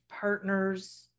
partners